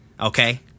okay